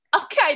Okay